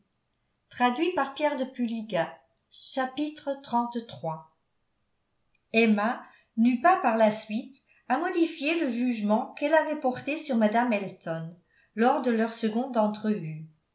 emma n'eut pas par la suite à modifier le jugement qu'elle avait porté sur mme elton lors de leur seconde entrevue